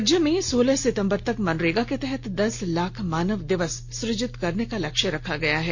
राज्य में सोलह सितंबर तक मनरेगा के तहत दस लाख मानव दिवस सृजित करने का लक्ष्य रखा गया है